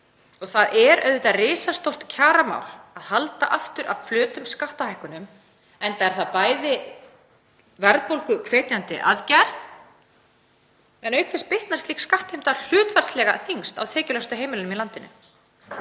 Það er auðvitað risastórt kjaramál að halda aftur af flötum skattahækkunum, enda er það verðbólguhvetjandi aðgerð en auk þess bitnar slík skattheimta hlutfallslega mest á tekjulægstu heimilunum í landinu.